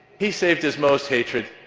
he saved his most hatred